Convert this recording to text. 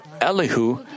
Elihu